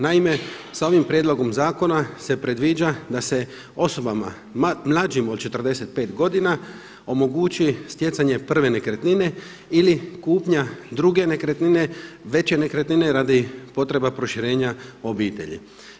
Naime, sa ovim prijedlogom zakona se predviđa da se osobama mlađim od 45 godina omogući stjecanje prve nekretnine ili kupnja druge nekretnine, veće nekretnine radi potreba proširenja obitelji.